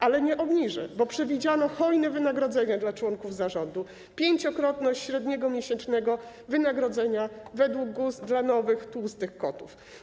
Ale nie obniży, ponieważ przewidziano hojne wynagrodzenia dla członków zarządu, pięciokrotność średniego miesięcznego wynagrodzenia według GUS dla nowych, tłustych kotów.